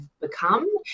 become